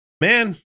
Man